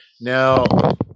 now